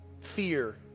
fear